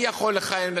מי יכול לכהן,